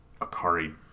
Akari